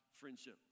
friendship